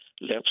left